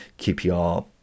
QPR